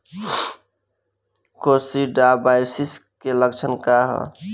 Coccidiosis के लक्षण का ह?